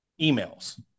emails